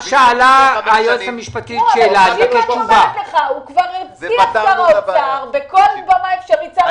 שר האוצר כבר הבטיח בכל במה אפשרית,